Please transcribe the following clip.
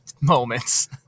moments